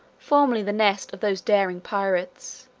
formerly the nest of those daring pirates,